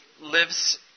lives